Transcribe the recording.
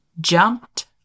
jumped